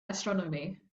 astronomy